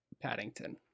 paddington